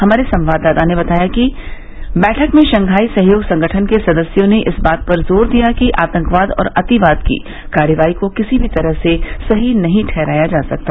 हमारे संवाददाता ने बताया है कि बैठक में शंघाई सहयोग संगठन के सदस्यों ने इस बात पर जोर दिया कि आतंकवाद और अतिवाद की कार्रवाई को किसी भी तरह से सही नहीं ठहराया जा सकता